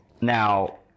Now